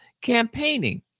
campaigning